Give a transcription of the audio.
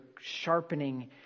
sharpening